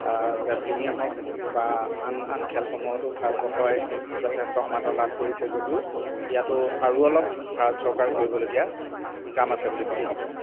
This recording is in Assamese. জেভলিনে হওক বা আন আন খেলসমূহতো ভাৰতবৰ্ষই যথেষ্ট সমাদৰ লাভ কৰিছে যদিও ইয়াতো আৰু অলপ ভাৰত চৰকাৰে কৰিবলগীয়া কাম আছে বুলি মই ভাবোঁ